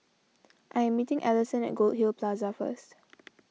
I am meeting Allison at Goldhill Plaza first